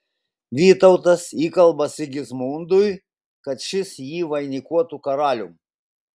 vytautas įkalba sigismundui kad šis jį vainikuotų karalium